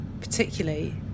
particularly